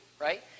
right